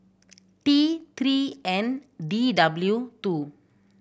T Three N D W two